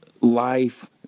life